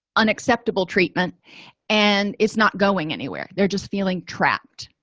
unacceptable treatment and it's not going anywhere they're just feeling trapped